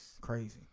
crazy